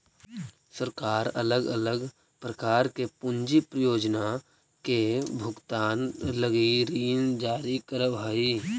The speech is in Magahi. सरकार अलग अलग प्रकार के पूंजी परियोजना के भुगतान लगी ऋण जारी करवऽ हई